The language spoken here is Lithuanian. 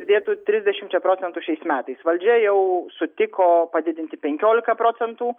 didėtų trisdešimčia procentų šiais metais valdžia jau sutiko padidinti penkiolika procentų